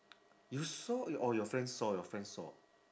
you saw or your friends saw your friends saw